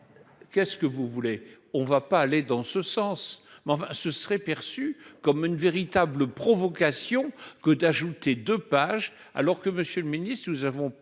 qu'est-ce que vous voulez, on ne va pas aller dans ce sens mais enfin ce serait perçu comme une véritable provocation que d'ajouter de pages alors que Monsieur le Ministre, nous avons parlé